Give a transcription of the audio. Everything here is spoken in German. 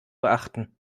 beachten